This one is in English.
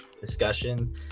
discussion